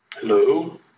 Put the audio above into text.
hello